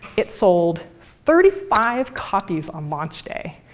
it sold thirty five copies on launch day.